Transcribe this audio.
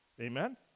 amen